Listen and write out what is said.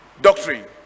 doctrine